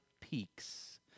peaks